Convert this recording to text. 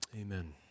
Amen